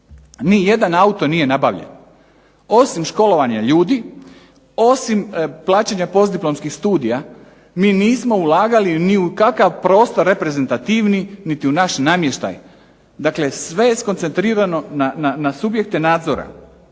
Nijedan auto nije nabavljen, osim školovanja ljudi, osim plaćanja postdiplomskih studija. Mi nismo ulagali ni u kakav prostor reprezentativni, niti u naš namještaj. Dakle, sve je skoncentrirano na subjekte nadzora.